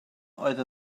oedd